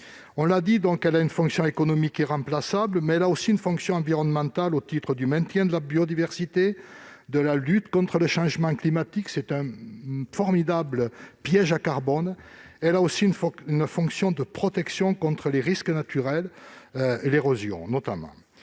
au marché. Elle a une fonction économique irremplaçable, mais aussi une fonction environnementale pour le maintien de la biodiversité et la lutte contre le changement climatique- elle est un formidable piège à carbone. Enfin, elle a une fonction de protection contre les risques naturels, notamment